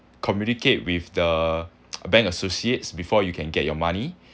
communicate with the bank associates before you can get your money